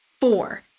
four